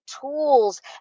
tools